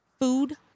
food